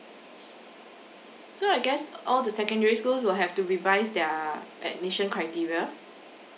so so so I guess all the secondary schools will have to revise their admission criteria